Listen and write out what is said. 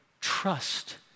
trust